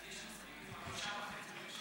יש מספיק זמן.